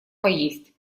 поесть